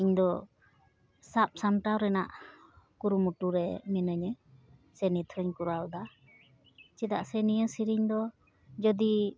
ᱤᱧᱫᱚ ᱥᱟᱵ ᱥᱟᱢᱴᱟᱣ ᱨᱮᱱᱟᱜ ᱠᱩᱨᱩᱢᱩᱴᱩ ᱨᱮ ᱢᱤᱱᱟᱹᱧᱟᱹ ᱥᱮ ᱱᱤᱛᱦᱚᱧ ᱠᱚᱨᱟᱣᱫᱟ ᱪᱮᱫᱟᱜ ᱥᱮ ᱱᱤᱭᱟᱹ ᱥᱤᱨᱤᱧ ᱫᱚ ᱡᱚᱫᱤ